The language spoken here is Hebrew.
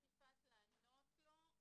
רק, יפעת, לענות לו.